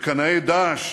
שקנאי "דאעש"